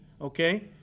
Okay